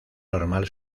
normal